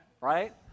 right